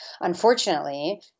Unfortunately